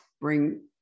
bring